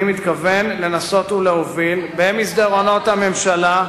אני מתכוון לנסות ולהוביל במסדרונות הממשלה,